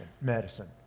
medicine